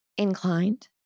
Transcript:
Inclined